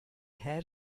hare